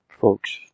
folks